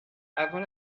avant